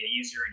easier